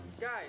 Guys